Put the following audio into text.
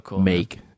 make